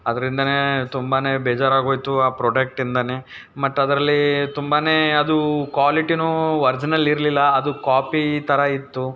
ಅದ್ರಿಂದ ತುಂಬಾ ಬೇಜಾರಾಗೋಯಿತು ಆ ಪ್ರಾಡಕ್ಟಿಂದಲೇ ಮತ್ತದರಲ್ಲಿ ತುಂಬಾ ಅದು ಕ್ವಾಲಿಟಿಯೂ ಒರಿಜಿನಲ್ಲಿರಲಿಲ್ಲ ಅದು ಕ್ವಾಪಿ ಥರ ಇತ್ತು